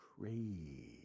crazy